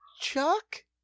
Chuck